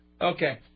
Okay